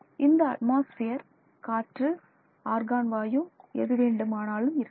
இந்த அட்மாஸ்பியர் காற்று ஆர்கான் வாயு எது வேண்டுமானாலும் இருக்கலாம்